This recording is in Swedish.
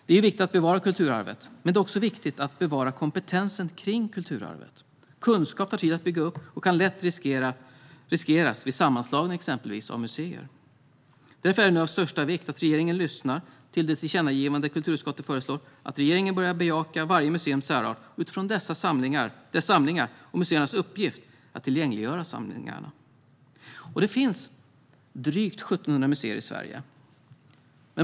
Det är viktigt att bevara kulturarvet, men det är också viktigt att bevara kompetensen kring kulturarvet. Kunskap tar tid att bygga upp och kan lätt riskeras vid exempelvis sammanslagning av museer. Därför är det nu av största vikt att regeringen lyssnar till kulturutskottets tillkännagivande om att regeringen bör bejaka varje museums särart utifrån dess samlingar och museernas uppgift att tillgängliggöra samlingarna. Det finns drygt 1 700 museer i Sverige.